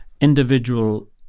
individual